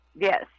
Yes